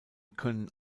können